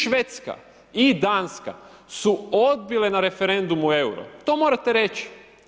Švedska i Danska su odbile na referendumu euro, to morate reći.